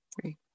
three